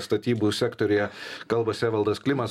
statybų sektoriuje kalbasi evaldas klimas